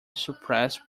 suppressed